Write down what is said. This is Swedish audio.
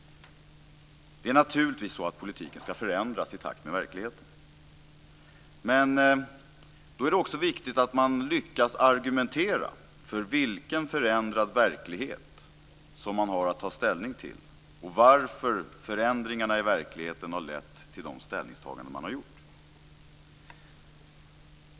Det är naturligtvis så att politiken ska förändras i takt med verkligheten. Men då är det också viktigt att man lyckas argumentera för vilken förändrad verklighet som man har att ta ställning till och varför förändringarna i verkligheten har lett till de ställningstaganden man har gjort.